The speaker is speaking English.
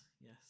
Yes